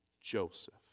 Joseph